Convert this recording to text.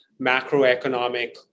macroeconomic